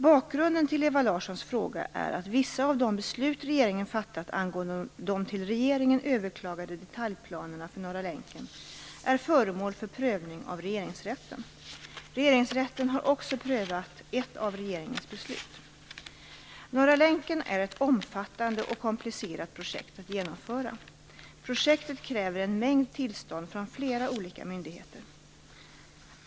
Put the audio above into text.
Bakgrunden till Ewa Larssons fråga är att vissa av de beslut regeringen fattat angående de till regeringen överklagade detaljplanerna för Norra länken är föremål för prövning av Regeringsrätten. Regeringsrätten har också prövat ett av regeringens beslut. Norra länken är ett omfattande och komplicerat projekt att genomföra. Projektet kräver en mängd tillstånd från flera olika myndigheter.